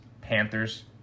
Panthers